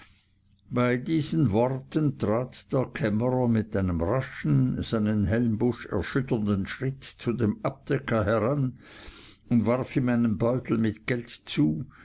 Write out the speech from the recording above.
bei diesen worten trat der kämmerer mit einem raschen seinen helmbusch erschütternden schritt zu dem abdecker heran und warf ihm einen beutel mit geld zu